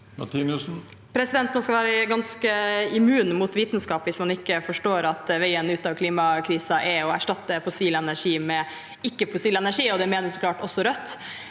Man skal være ganske immun mot vitenskap hvis man ikke forstår at veien ut av klimakrisen er å erstatte fossil energi med ikke-fossil energi, og det mener så klart også Rødt.